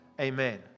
Amen